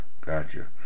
gotcha